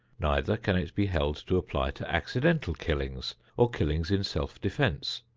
neither can it be held to apply to accidental killings, or killings in self-defense,